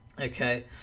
Okay